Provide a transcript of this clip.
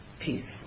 peaceful